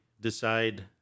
decide